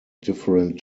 different